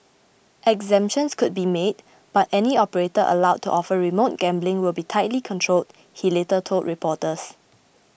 exemptions could be made but any operator allowed to offer remote gambling will be tightly controlled he later told reporters